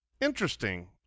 Interesting